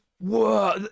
whoa